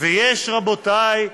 ויש, רבותיי,